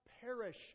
Perish